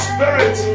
Spirit